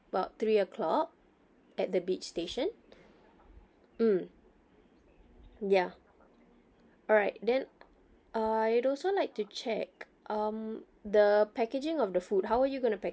about three o'clock at the beach station mm ya alright then uh I'd also like to check um the packaging of the food how are you gonna pack~